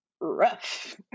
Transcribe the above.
rough